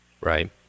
Right